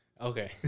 Okay